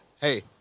Hey